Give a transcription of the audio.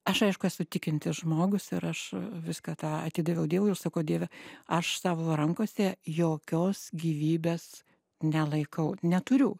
aš aišku esu tikintis žmogus ir aš viską tą atidaviau dievui jau sakau dieve aš savo rankose jokios gyvybės nelaikau neturiu